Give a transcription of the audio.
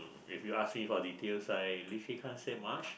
if you ask me for details I legally can't say much